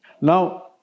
Now